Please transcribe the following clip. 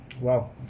wow